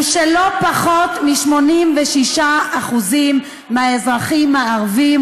הוא שלא פחות מ-86% מהאזרחים הערבים